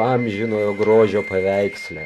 amžinojo grožio paveiksle